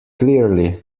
clearly